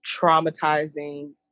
traumatizing